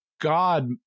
God